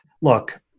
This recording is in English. look